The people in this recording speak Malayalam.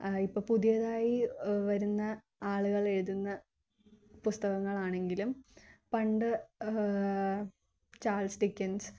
ഇപ്പോള് പുതിയതായി വരുന്ന ആളുകൾ എഴുതുന്ന പുസ്തകങ്ങൾ ആണെങ്കിലും പണ്ട് ചാൾസ് ഡിക്കൻസ്